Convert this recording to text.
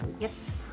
Yes